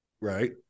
right